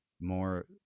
more